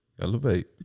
Elevate